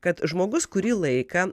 kad žmogus kurį laiką